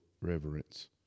reverence